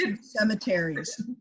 cemeteries